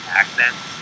accents